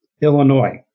Illinois